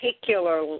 particular